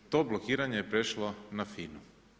To blokiranje je prešlo na FINA-u.